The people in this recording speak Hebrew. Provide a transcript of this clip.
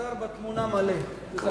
השר בתמונה, מלא, וזה חשוב.